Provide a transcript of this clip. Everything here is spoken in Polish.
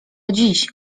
dziś